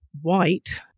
white